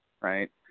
right